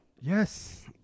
Yes